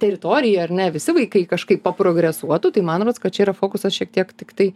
teritorijoj ar ne visi vaikai kažkaip paprogresuotų tai man rodos kad čia yra fokusas šiek tiek tiktai